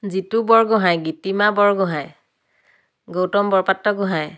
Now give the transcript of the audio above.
Jitu Borgohain Gitima Borgohain Gautam Borpatragohain